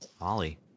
Molly